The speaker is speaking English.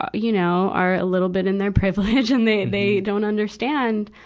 ah you know, are a little bit in their privilege, and they, they don't understand,